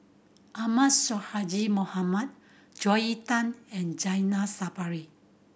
Ahmad Sonhadji Mohamad Joel Tan and Zainal Sapari